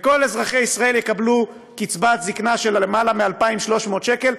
וכל אזרחי ישראל יקבלו קצבת זקנה של למעלה מ-2,300 שקל,